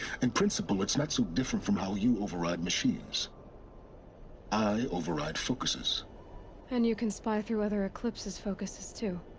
in principle it's not so different from how you override machines i override focuses and you can spy through other eclipse's focuses too?